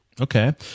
Okay